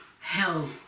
hell